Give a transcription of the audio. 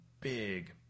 big